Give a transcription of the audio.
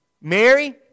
Mary